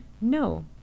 No